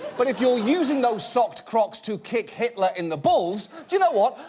but if you're using those socked-crocs to kick hitler in the balls, do you know what?